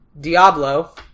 Diablo